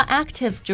active